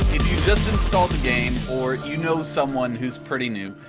just installed the game, or you know someone who's pretty new,